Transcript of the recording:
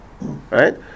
right